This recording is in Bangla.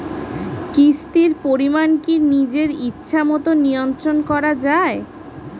কিস্তির পরিমাণ কি নিজের ইচ্ছামত নিয়ন্ত্রণ করা যায়?